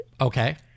Okay